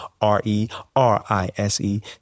R-E-R-I-S-E